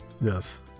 Yes